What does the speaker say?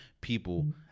people